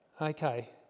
Okay